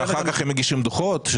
שאחר כך הם מגישים דוחות?